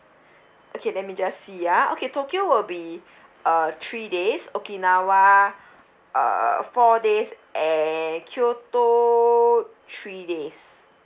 okay let me just see ah okay tokyo will be uh three days okinawa uh four days and kyoto three days